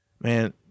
Man